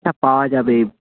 হ্যাঁ পাওয়া যাবে